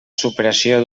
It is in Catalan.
superació